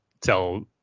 tell